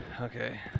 Okay